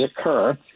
occur